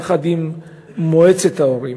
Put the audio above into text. יחד עם מועצת ההורים,